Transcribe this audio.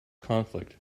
conflict